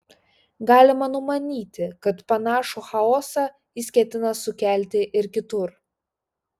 galima numanyti kad panašų chaosą jis ketina sukelti ir kitur